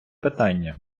питання